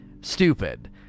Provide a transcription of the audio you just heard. stupid